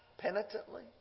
penitently